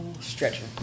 Stretching